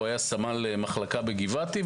הוא היה סמל מחלקה בגבעתי,